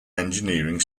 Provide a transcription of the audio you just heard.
engineering